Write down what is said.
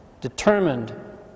determined